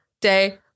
day